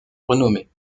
renommée